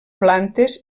plantes